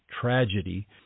tragedy